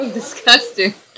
disgusting